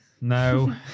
No